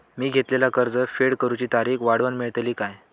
मी घेतलाला कर्ज फेड करूची तारिक वाढवन मेलतली काय?